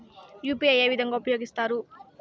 UPI ఏ విధంగా ఉపయోగిస్తారు?